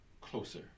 closer